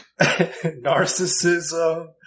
Narcissism